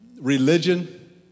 religion